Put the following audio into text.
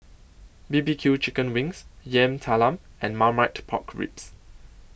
B B Q Chicken Wings Yam Talam and Marmite Pork Ribs